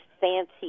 fancy